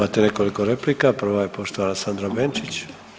Imate nekoliko replika, prva je poštovana Sandra Benčić.